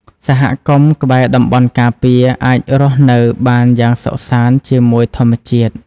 សហគមន៍ក្បែរតំបន់ការពារ អាចរស់នៅបានយ៉ាងសុខសាន្តជាមួយធម្មជាតិ។